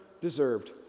deserved